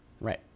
Right